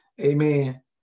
amen